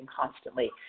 constantly